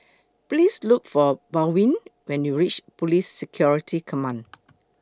Please Look For Baldwin when YOU REACH Police Security Command